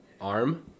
arm